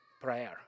prayer